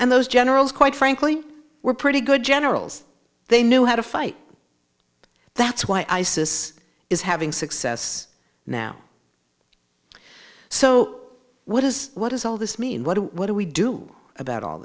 and those generals quite frankly were pretty good generals they knew how to fight that's why isis is having success now so what does what does all this mean what what do we do about all